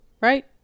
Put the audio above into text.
Right